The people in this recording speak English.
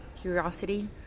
curiosity